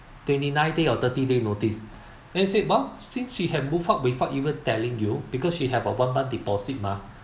twenty nineteen day or thirty day notice then said well since she had move out without even telling you because she have a one month deposit mah